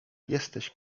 jesteś